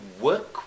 work